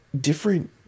different